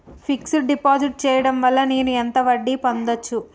Fix డ్ deposit చేయటం వల్ల నేను ఎంత వడ్డీ పొందచ్చు?